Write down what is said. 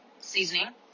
seasoning